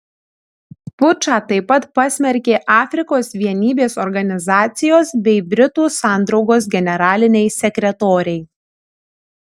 pučą taip pat pasmerkė afrikos vienybės organizacijos bei britų sandraugos generaliniai sekretoriai